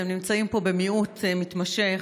אתם נמצאים פה במיעוט מתמשך,